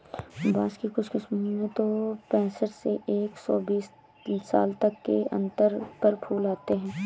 बाँस की कुछ किस्मों में तो पैंसठ से एक सौ बीस साल तक के अंतर पर फूल आते हैं